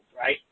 right